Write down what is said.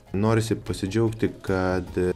norisi pasidžiaugti kad